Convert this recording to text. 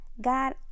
God